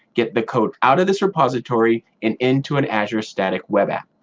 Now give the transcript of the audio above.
get the code out of this repository and into an azure static web app.